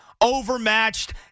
overmatched